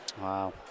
Wow